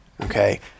Okay